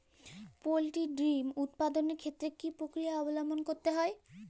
Poultry ডিম উৎপাদনের ক্ষেত্রে কি পক্রিয়া অবলম্বন করতে হয়?